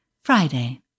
Friday